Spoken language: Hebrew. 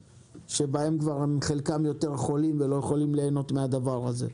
שחלקם כבר חולים ולא יכולים ליהנות מהדבר הזה.